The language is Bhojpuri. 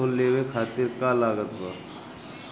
लोन लेवे खातिर का का लागत ब?